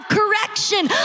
correction